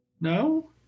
No